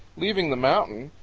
leaving the mountain,